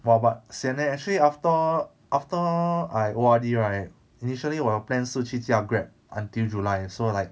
but but sian leh actually after after I O_R_D right initially 我的 plan 是去驾 Grab until july so like